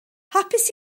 hapus